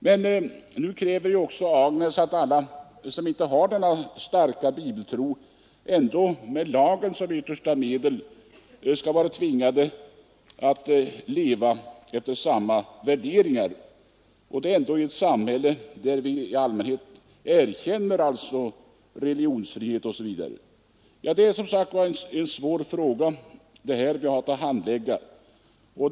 Men nu kräver herr Nilsson i Agnäs att även alla andra — de som inte har denna starka bibeltro — med lagen som yttersta medel skall tvingas att leva efter samma värderingar, och detta i ett samhälle där vi har religionsfrihet. Detta är, som sagt, en svår fråga.